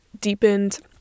deepened